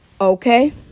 Okay